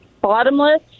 bottomless